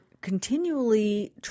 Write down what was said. continually